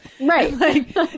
Right